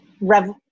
rev